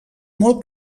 molt